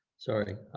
sorry.